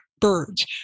birds